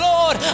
Lord